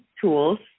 tools